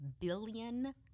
billion